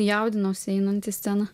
jaudinausi einant į sceną